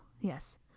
Yes